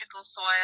soil